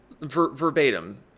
verbatim